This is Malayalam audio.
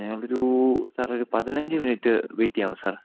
ഞങ്ങളൊരു സാറൊരു പതിനഞ്ച് മിനിറ്റ് വെയ്റ്റ് ചെയ്യാമോ സാർ